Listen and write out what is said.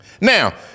Now